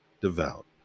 devout